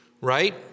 right